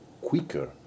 quicker